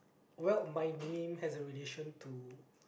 well my name has a relation to